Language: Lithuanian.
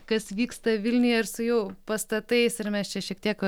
kas vyksta vilniuje ir su jau pastatais ir mes čia šiek tiek